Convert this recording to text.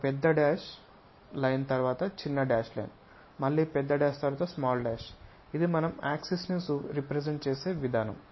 ఒక పెద్ద dash line తరువాత చిన్న డాష్ లైన్ మళ్ళీ పెద్ద డాష్ తరువాత స్మాల్ డాష్ ఇది మనం యాక్సిస్ సూచించే విధానం